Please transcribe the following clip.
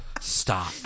stop